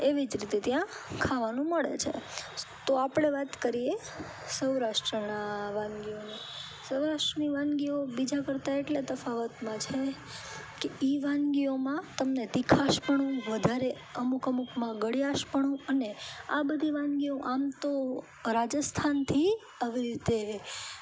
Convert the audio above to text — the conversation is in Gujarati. એવી જ રીતે ત્યાં ખાવાનું મળે છે તો આપણે વાત કરીએ સૌરાષ્ટ્રના વાનગીઓની સૌરાષ્ટ્રની વાનગીઓ બીજા કરતાં એટલે તફાવતમાં છે કે એ વાનગીઓમાં તમને તીખાશપણું વધારે અમુક અમુકમાં ગળ્યાશપણું અને આ બધી વાનગીઓ આમ તો રાજસ્થાનથી આવી રીતે